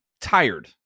tired